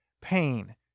pain